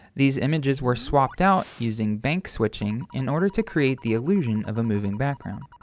these images were swapped out using bank switching in order to create the illusion of a moving background.